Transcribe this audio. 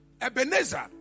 Ebenezer